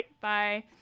bye